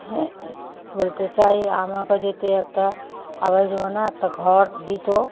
হ্যাঁ বলতে চাই আমাকে যদি একটা আবাস যোজনায় একটা ঘর দিত